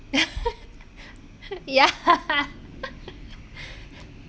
ya